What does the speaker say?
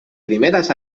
primeras